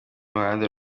ruhande